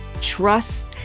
trust